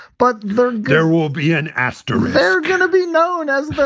but then there will be an asterisk. they're going to be known as